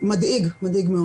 זה מדאיג מאוד.